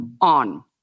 on